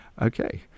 Okay